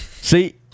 see